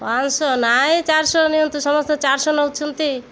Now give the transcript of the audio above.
ପାଞ୍ଚଶହ ନାଇଁ ଚାରିଶହ ନିଅନ୍ତୁ ସମସ୍ତେ ଚାରିଶହ ନେଉଛନ୍ତି